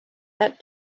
that